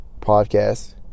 podcast